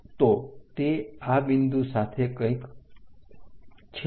તો તે આ બિંદુ પાસે કંઈક છેદશે